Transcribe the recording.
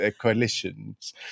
coalitions